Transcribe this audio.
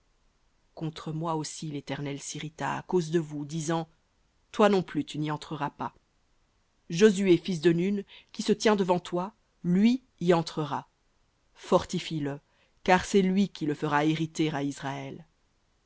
contre moi aussi l'éternel s'irrita à cause de vous disant toi non plus tu n'y entreras pas josué fils de nun qui se tient devant toi lui y entrera fortifie le car c'est lui qui le fera hériter à israël